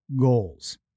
goals